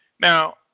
Now